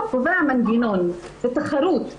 החוק קובע מנגנון זו תחרות.